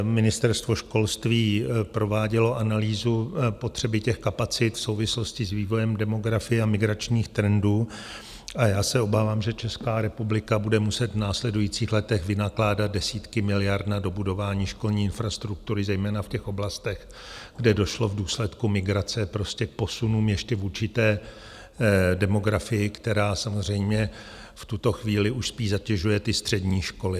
Ministerstvo školství provádělo analýzu potřeby těch kapacit v souvislosti s vývojem demografie a migračních trendů a já se obávám, že Česká republika bude muset v následujících letech vynakládat desítky miliard na dobudování školní infrastruktury, zejména v oblastech, kde došlo v důsledku migrace k posunům ještě vůči demografii, která samozřejmě v tuto chvíli už spíš zatěžuje střední školy.